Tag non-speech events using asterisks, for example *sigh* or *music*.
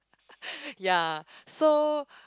*laughs* ya so